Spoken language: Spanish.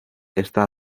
está